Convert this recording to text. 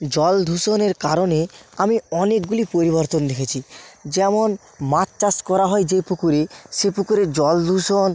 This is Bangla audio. জলদূষণের কারণে আমি অনেকগুলি পরিবর্তন দেখেছি যেমন মাছ চাষ করা হয় যে পুকুরে সে পুকুরে জলদূষণ